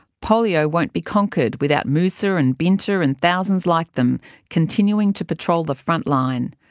polio won't be conquered without musa and binta and thousands like them continuing to patrol the front-line,